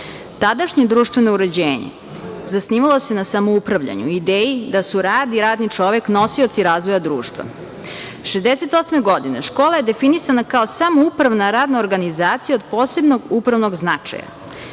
Tadašnje društveno uređenje zasnivalo se samoupravljanju, ideji da su rad i radni čovek nosioci razvoja društva. Godine 1968. škola je definisana kao samoupravna radna organizacija od posebnog upravnog